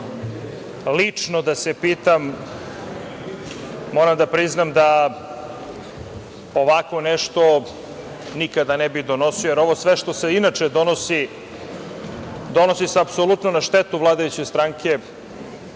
Lično da se pitam, moram da priznam da ovako nešto nikada ne bih donosio, jer ovo sve što se inače donosi, donosi se apsolutno na štetu vladajuće stranke. Mislim